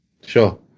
Sure